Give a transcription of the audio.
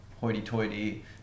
hoity-toity